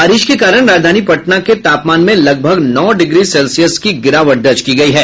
बारिश के कारण राजधानी पटना में तापमान में लगभग नौ डिग्री सेल्सियस गिराबट दर्ज की गयी है